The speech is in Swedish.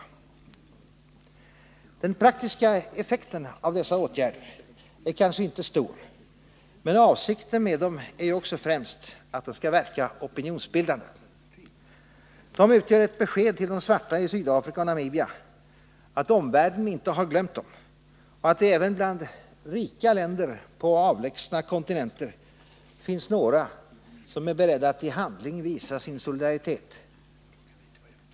Den praktiska effekten av dessa åtgärder är kanske inte stor, men avsikten med dem är ju också främst att de skall verka opinionsbildande. De utgör ett besked till de svarta i Sydafrika och Namibia att omvärlden inte har glömt dem och att det även bland rika länder på avlägsna kontinenter finns några som är beredda att i handling visa sin solidaritet.